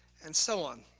and so on.